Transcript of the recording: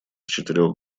четырех